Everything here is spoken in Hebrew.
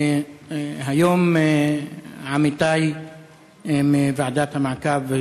היום עמיתי מוועדת המעקב,